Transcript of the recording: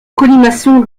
colimaçon